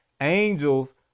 Angels